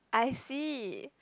I see